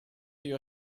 your